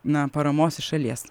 na paramos iš šalies